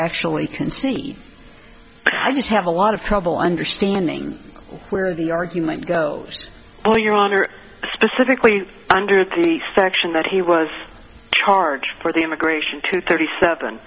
actually can see but you have a lot of trouble understanding where the argument goes well your honor specifically under the section that he was charged for the immigration to thirty seven